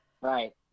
Right